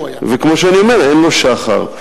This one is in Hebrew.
וכמו שאני אומר: אין לו שחר.